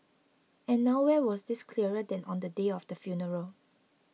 and nowhere was this clearer than on the day of the funeral